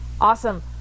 Awesome